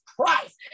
Christ